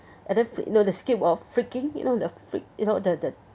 and then fr~ you know the skin of freaking you know the freak you know the the